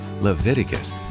Leviticus